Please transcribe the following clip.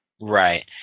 Right